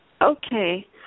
Okay